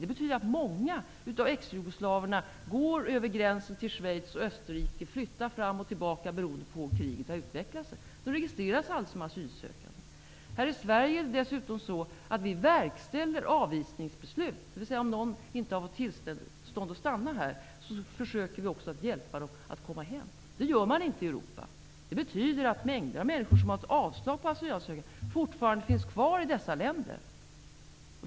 Det betyder att många av exjugoslaverna går över gränsen till Schweiz och Österrike. De flyttar fram och tillbaka beroende på hur kriget utvecklar sig. De registreras aldrig som asylsökande. Här i Sverige verkställer vi dessutom avvisningsbeslut. Om någon inte har fått tillstånd att stanna här, försöker vi också hjälpa vederbörande att komma hem. Det gör man inte i andra länder i Europa. Det betyder att mängder av människor som där har fått avslag på sin asylansökan fortfarande finns kvar i landet.